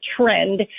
trend